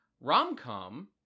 rom-com